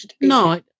No